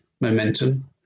momentum